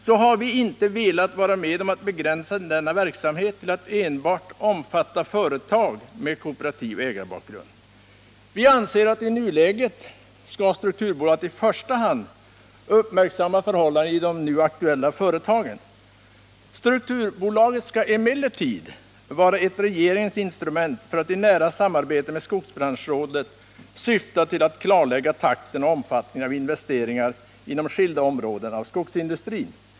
Vi har inte velat vara med om att begränsa skogsindustrins verksamhet till att enbart omfatta företag med kooperativ ägarbakgrund. Vi anser att strukturbolaget i nuläget i första hand skall uppmärksamma förhållandena inom de nu aktuella företagen. Strukturbolaget skall emellertid vara ett regeringens instrument för att i nära samarbete med skogsbranschrådet försöka klarlägga takten i och omfattningen av investeringar inom skilda områden av skogsindustrin.